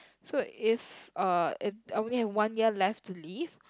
so if uh if only have one year left to live